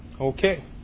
okay